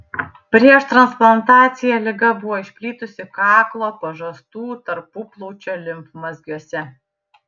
prieš transplantaciją liga buvo išplitusi kaklo pažastų tarpuplaučio limfmazgiuose